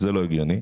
זה לא הגיוני.